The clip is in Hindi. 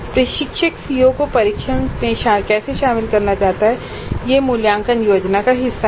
प्रशिक्षक सीओ को परीक्षणों में कैसे शामिल करना चाहता है यह मूल्यांकन योजना का हिस्सा है